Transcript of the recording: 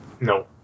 No